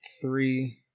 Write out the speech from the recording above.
three